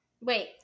wait